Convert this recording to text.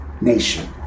nation